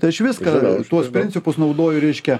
tai aš viską tuos principus naudoju reiškia